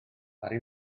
harri